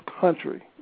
country